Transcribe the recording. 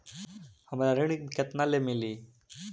हमरा ऋण केतना ले मिली?